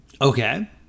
Okay